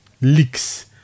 leaks